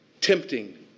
Tempting